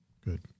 Good